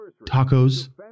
Tacos